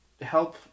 help